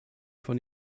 von